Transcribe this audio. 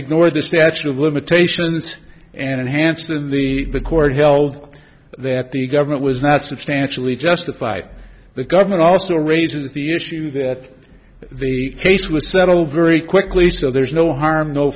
ignored the statute of limitations and hanson the the court held that the government was not substantially justified the government also raises the issue that the case was settled very quickly so there's no harm no